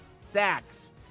sacks